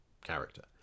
character